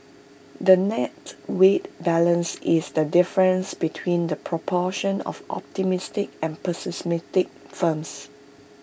the net weighted balance is the difference between the proportion of optimistic and pessimistic firms